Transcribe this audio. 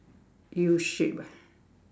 U shape ah